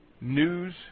news